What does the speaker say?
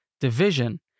division